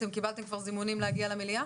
קיבלתם כבר זימונים להגיע למליאה?